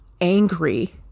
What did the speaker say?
angry